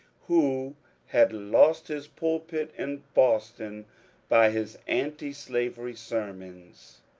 who had lost his pulpit in boston by his antislavery sermons,